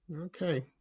Okay